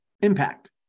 impact